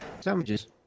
Sandwiches